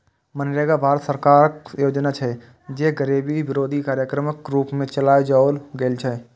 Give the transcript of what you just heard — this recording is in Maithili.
मनरेगा भारत सरकारक योजना छियै, जे गरीबी विरोधी कार्यक्रमक रूप मे चलाओल गेल रहै